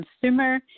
Consumer